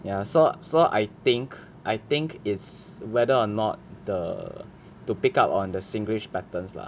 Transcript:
ya so so I think I think is whether or not the to pick up on the singlish patterns lah